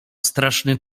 straszny